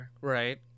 Right